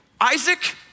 Isaac